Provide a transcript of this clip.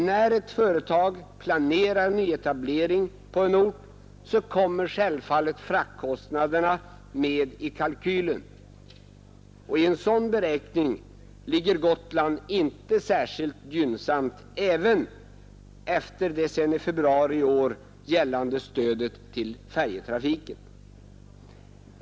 När ett företag planerar nyetablering på en ort, kommer självfallet fraktkostnaderna med i kalkylen, och vid en sådan beräkning ligger Gotland inte särskilt gynnsamt till, trots det sedan i februari i år utgående stödet till färjetrafiken.